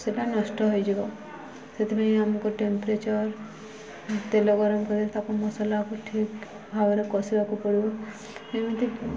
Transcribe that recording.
ସେଟା ନଷ୍ଟ ହୋଇଯିବ ସେଥିପାଇଁ ଆମକୁ ଟେମ୍ପ୍ରେଚର୍ ତେଲ ଗରମ କରି ତାକୁ ମସଲାକୁ ଠିକ ଭାବରେ କଷିବାକୁ ପଡ଼ିବ ଏମିତି